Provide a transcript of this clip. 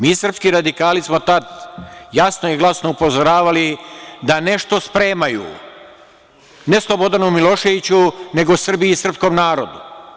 Mi, srpski radikali smo tad jasno i glasno upozoravali da nešto spremaju, ne Slobodanu Miloševiću, nego Srbiji i srpskom narodu.